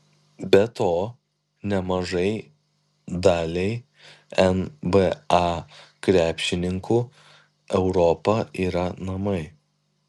be to nemažai daliai nba krepšininkų europa yra namai